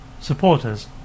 supporters